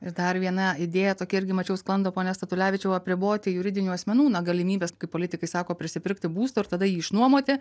ir dar viena idėja tokia irgi mačiau sklando pone statulevičiau apriboti juridinių asmenų na galimybes kaip politikai sako prisipirkti būstų ir tada jį išnuomoti